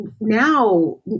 now